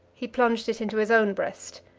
he plunged it into his own breast,